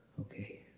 Okay